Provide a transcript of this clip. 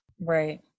Right